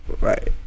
Right